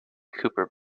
cooper